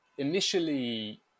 Initially